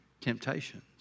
temptations